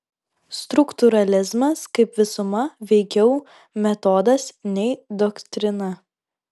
struktūralizmas kaip visuma veikiau metodas nei doktrina